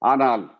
Anal